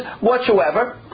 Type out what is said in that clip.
whatsoever